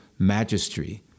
magistry